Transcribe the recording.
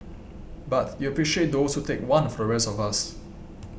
but you appreciate those who take one for the rest of us